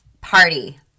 party